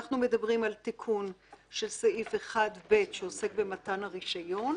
אנחנו מדברים על תיקון של סעיף 1ב שעוסק במתן הרישיון,